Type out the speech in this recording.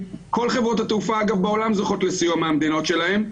כל חברות התעופה בעולם זוכות לסיוע מהמדינות שלהן,